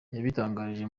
yabitangarije